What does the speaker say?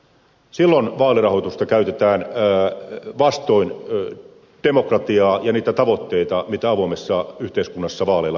silloin vaalirahoitusta käytetään vastoin demokratiaa ja niitä tavoitteita mitä avoimessa yhteiskunnassa vaaleilla pitää olla